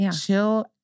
chill